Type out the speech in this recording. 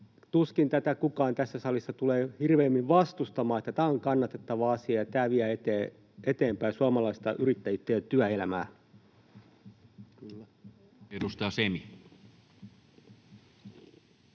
tuskin tätä kukaan tässä salissa tulee hirveämmin vastustamaan. Tämä on kannatettava asia, ja tämä vie eteenpäin suomalaista yrittäjyyttä ja työelämää. [Speech